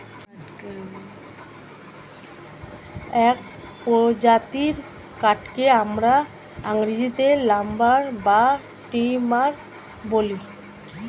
এক প্রজাতির কাঠকে আমরা ইংরেজিতে লাম্বার বা টিম্বার বলি